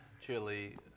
chili